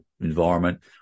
environment